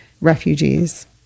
refugees